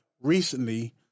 recently